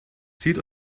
zieht